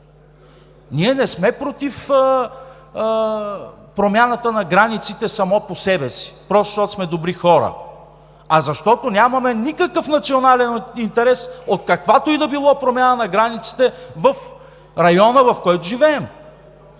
Ние не сме против промяната на границите само по себе си просто защото сме добри хора, а защото нямаме никакъв национален интерес от каквато и да било промяна на границите в района, в който живеем,